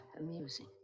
amusing